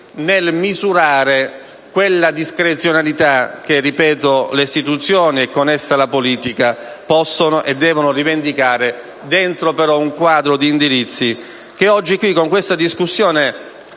nel misurare quella discrezionalità che le istituzioni, e con esse la politica, possono e devono rivendicare, però dentro un quadro di indirizzi che oggi, con questa discussione,